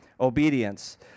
obedience